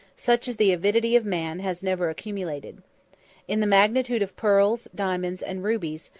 such as the avidity of man has never accumulated in the magnitude of pearls, diamonds, and rubies,